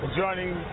joining